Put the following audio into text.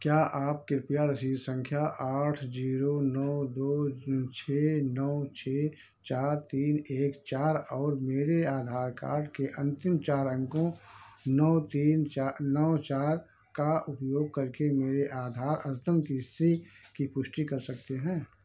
क्या आप कृपया रसीद सँख्या आठ ज़ीरो नौ दो छह नौ छह चार तीन एक चार और मेरे आधार कार्ड के अन्तिम चार अंकों नौ तीन चार नौ चार का उपयोग करके मेरे आधार अद्यतन की इस्थिति की पुष्टि कर सकते हैं